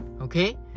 okay